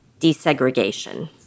desegregation